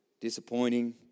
disappointing